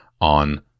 on